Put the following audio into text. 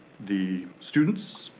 the students,